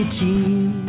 team